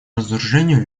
разоружению